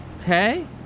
Okay